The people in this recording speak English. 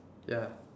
ya